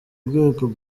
rwego